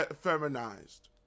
feminized